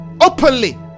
openly